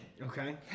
Okay